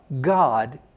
God